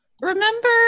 remember